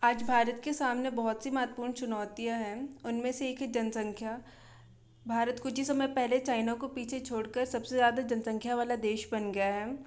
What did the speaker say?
आज भारत के सामने बोहोत सी महत्वपूर्ण चुनौतियाँ हैं उनमें से एक है जनसंख्या भारत कुछ ही समय पहले चाइना को पीछे छोड़ कर सबसे ज़्यादा जनसंख्या वाला देश बन गया है